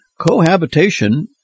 cohabitation